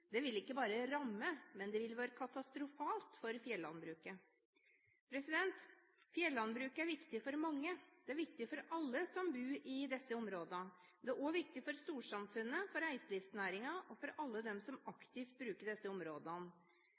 Det vil ikke bare ramme, men være katastrofalt for fjellandbruket. Fjellandbruket er viktig for mange. Det er viktig for alle som bor i disse områdene, men det er også viktig for storsamfunnet, for reiselivsnæringen og for alle dem som aktivt bruker disse områdene,